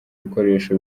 bikoresho